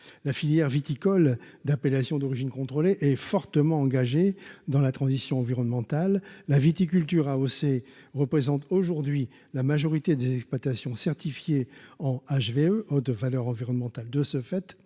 la filière viticole d'appellation d'origine contrôlée est fortement engagé dans la transition environnementale, la viticulture AOC représentent aujourd'hui la majorité des exploitations certifiées en HVE haute valeur environnementale de ce fait,